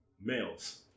males